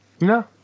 No